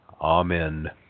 Amen